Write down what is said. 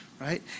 right